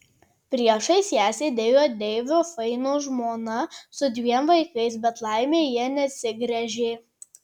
priešais ją sėdėjo deivio faino žmona su dviem vaikais bet laimė jie neatsigręžė